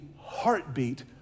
heartbeat